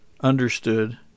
understood